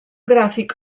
gràfic